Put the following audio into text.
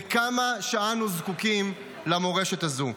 וכמה שאנו זקוקים למורשת הזו.